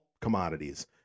commodities